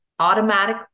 automatic